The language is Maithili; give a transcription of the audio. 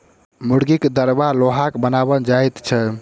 मुर्गीक दरबा लोहाक बनाओल जाइत छै